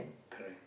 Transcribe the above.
correct